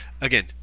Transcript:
Again